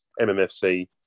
MMFC